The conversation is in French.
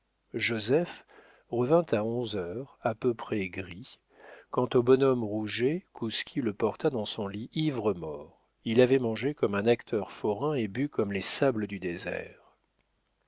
joseph revint à onze heures à peu près gris quant au bonhomme rouget kouski le porta dans son lit ivre-mort il avait mangé comme un acteur forain et bu comme les sables du désert